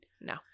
no